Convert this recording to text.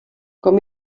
com